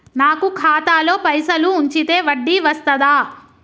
నాకు ఖాతాలో పైసలు ఉంచితే వడ్డీ వస్తదా?